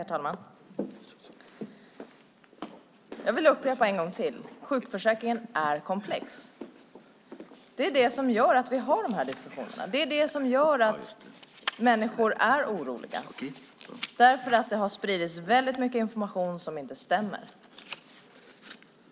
Herr talman! Jag upprepar en gång till: Sjukförsäkringen är komplex. Det är det som gör att vi har dessa diskussioner. Människor blir oroliga därför att det har spridits väldigt mycket information som inte stämmer.